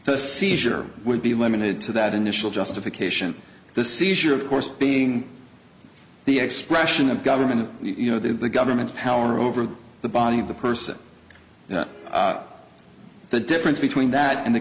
the seizure would be limited to that initial justification the seizure of course being the expression of government of you know the government's power over the body of the person you know the difference between that and the